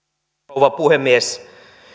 rouva puhemies